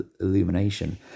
illumination